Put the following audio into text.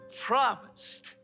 promised